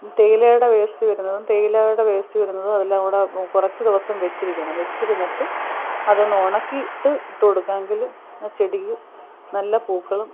തേയിലാടെ waste വരുന്നതും തേയിലാടെ waste വരുന്നതും അതെല്ലാം കൂടെ കുറച്ച് ദിവസം വെച്ചിരിക്കണം വെച്ചിരുന്നിട്ട് അതൊന്നൊണക്കീട്ട് ഇട്ട് കൊടുക്കാണെങ്കിൽ ആ ചെടിക്ക് നല്ല പൂക്കളും